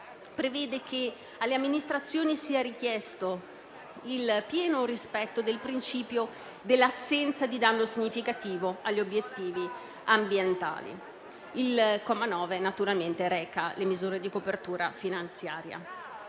che alle amministrazioni sia richiesto il pieno rispetto del principio dell'assenza di danno significativo agli obiettivi ambientali. L'articolo 1, comma 9, reca le misure di copertura finanziaria.